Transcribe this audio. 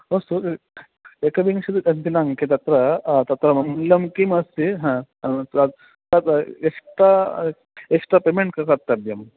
अस्तु तर्हि एकविंशतिः तद्दिनाङ्के तत्र तत्र म मूल्यं किम् अस्ति हा तत् तद् एक्स्टा एक्स्टा पेमेण्ट् क कर्तव्यम्